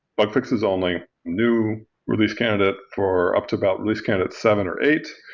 bug fix is only new release candidate for up to about release candidate seven or eight.